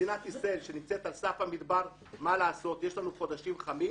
מדינת ישראל שמצאת על סף המדבר יש לנו חודשים חמים